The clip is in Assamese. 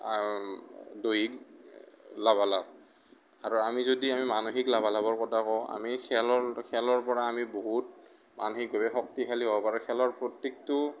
দৈহিক লাভালাভ আৰু আমি যদি আমি মানসিক লাভালাভৰ কথা কওঁ আমি খেলৰ খেলৰ পৰা আমি বহুত মানসিকভাৱে শক্তিশালী হ'ব পাৰোঁ খেলৰ প্ৰত্যেকটো